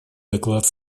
доклад